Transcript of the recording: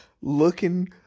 looking